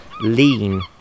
lean